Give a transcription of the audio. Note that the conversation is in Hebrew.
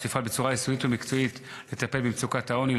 היא תפעל בצורה יסודית ומקצועית לטפל במצוקת העוני,